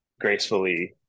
gracefully